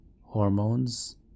hormones